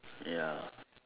ya